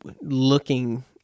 looking